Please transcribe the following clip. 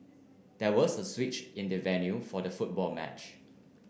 there was a switch in the venue for the football match